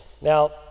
Now